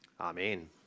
Amen